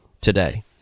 today